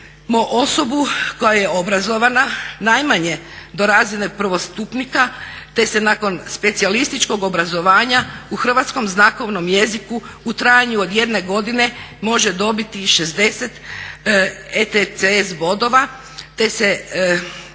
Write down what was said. osobu koja je obrazovanja najmanje do … prvostupnika te se nakon specijalističkog obrazovanja u hrvatskom znakovnom jeziku u trajanju od jedne godine može dobiti 60 ETCS bodova to se